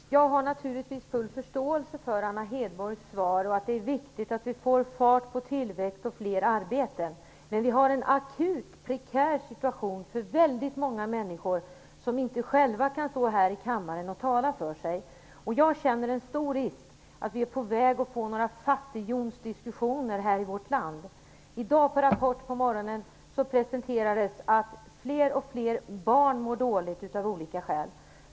Fru talman! Jag har naturligtvis full förståelse för Anna Hedborgs svar och att det är viktigt att vi får fart på tillväxten och fler arbeten. Men vi har en akut prekär situation för väldigt många människor som inte själva kan stå här i kammaren och tala för sig. Jag känner att det finns en stor risk för att vi är på väg att få en fattighjonsdiskussion i vårt land. På Rapport i dag på morgonen presenterades att fler och fler barn mår dåligt av olika skäl.